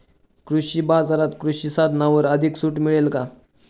कृषी बाजारात कृषी साधनांवर अधिक सूट मिळेल का?